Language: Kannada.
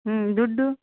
ಹ್ಞೂ ದುಡ್ಡು